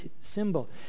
symbol